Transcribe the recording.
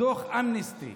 דוח אמנסטי